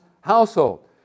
household